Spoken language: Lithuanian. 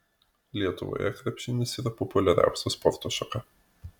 lietuvoje krepšinis yra populiariausia sporto šaka